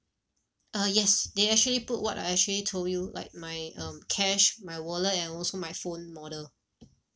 uh yes they actually put what I actually told you like my um cash my wallet and also my phone model